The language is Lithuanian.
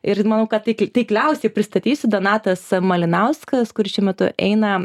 ir manau kad tai taikliausiai pristatysiu donatas malinauskas kuris šiuo metu eina